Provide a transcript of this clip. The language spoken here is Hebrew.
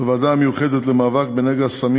בוועדה המיוחדת למאבק בנגע הסמים